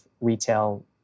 retail